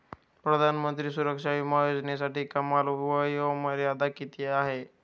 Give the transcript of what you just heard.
प्रधानमंत्री सुरक्षा विमा योजनेसाठी कमाल वयोमर्यादा किती आहे?